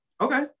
Okay